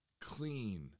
clean